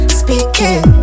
speaking